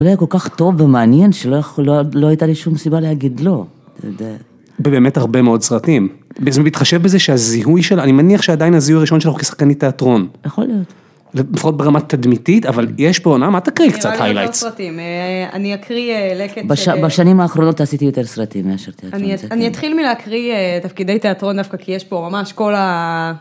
זה היה כל כך טוב ומעניין, שלא הייתה לי שום סיבה להגיד לא. ובאמת, הרבה מאוד סרטים. בהתחשב בזה שהזיהוי שלך, אני מניח שעדיין הזיהוי הראשון שלך כשחקנית תיאטרון. יכול להיות. לפחות ברמה תדמיתית, אבל יש פה עונה, מה תקריאי קצת היילייטס? אני אקריא סרטים, אני אקריא לקט... בשנים האחרונות עשיתי יותר סרטים מאשר תיאטרון. אני אתחיל מלהקריא תפקידי תיאטרון, דווקא כי יש פה ממש כל ה...